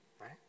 right